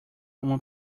uma